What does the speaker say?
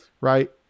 right